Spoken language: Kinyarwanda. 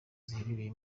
ziherereye